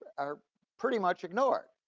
ah pretty much ignored.